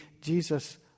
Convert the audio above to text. Jesus